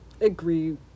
Agree